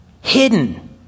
hidden